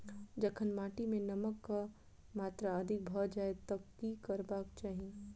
जखन माटि मे नमक कऽ मात्रा अधिक भऽ जाय तऽ की करबाक चाहि?